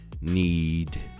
need